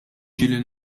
ġieli